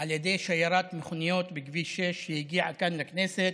על ידי שיירת מכוניות בכביש 6 שהגיעה לכאן לכנסת,